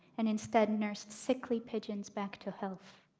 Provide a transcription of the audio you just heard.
and instead nursed sickly pigeons back to health.